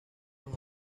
los